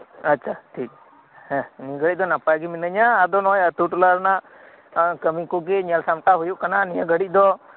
ᱟᱪᱷᱟ ᱴᱷᱤᱠ ᱦᱮᱸ ᱱᱤᱭᱟᱹ ᱜᱷᱟᱹᱲᱤᱡ ᱫᱚ ᱱᱟᱯᱟᱭᱜᱤ ᱢᱤᱱᱟᱹᱧᱟ ᱟᱫᱚ ᱱᱚᱜᱚᱭ ᱟᱛᱩ ᱴᱚᱞᱟ ᱨᱮᱱᱟᱜ ᱠᱟᱹᱢᱤ ᱠᱚᱜᱮ ᱧᱮᱞ ᱥᱟᱢᱴᱟᱣ ᱦᱩᱭᱩᱜ ᱠᱟᱱᱟ ᱱᱤᱭᱟᱹ ᱜᱷᱟᱹᱲᱤᱡ ᱫᱚ